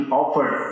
offered